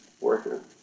working